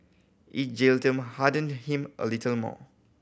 each jail term hardened him a little more